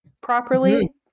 properly